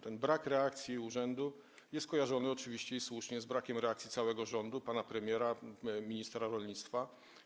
Ten brak reakcji urzędu jest kojarzony oczywiście, i słusznie, z brakiem reakcji całego rządu, pana premiera, ministra rolnictwa.